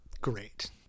great